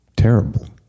Terrible